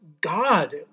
God